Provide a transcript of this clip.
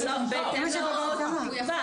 בהתאם להוראות שהוא יקבע,